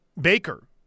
Baker